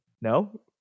No